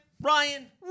Ryan